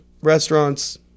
restaurants